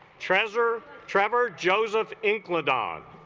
trevor trevor joseph include on